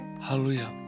Hallelujah